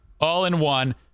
all-in-one